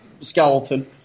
skeleton –